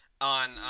on